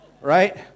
Right